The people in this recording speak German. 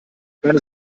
keine